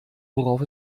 worauf